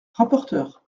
rapporteur